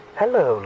hello